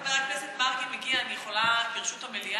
עד שחבר הכנסת מרגי מגיע אני יכולה, ברשות המליאה,